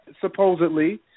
supposedly